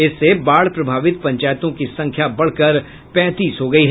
इससे बाढ़ प्रभावित पंचायतों की संख्या बढ़कर पैंतीस हो गयी